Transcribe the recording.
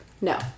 No